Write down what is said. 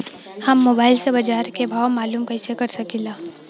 हम मोबाइल से बाजार के भाव मालूम कइसे कर सकीला?